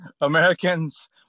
Americans